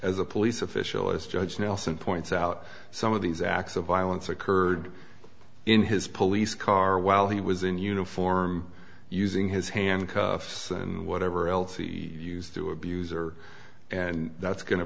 as a police official as judge nelson points out some of these acts of violence occurred in his police car while he was in uniform using his handcuffs and whatever else he used to abuser and that's go